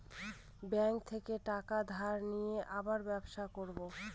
bank থেকে টাকা ধার নিয়ে আবার ব্যবসা করবো